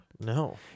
no